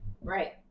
Right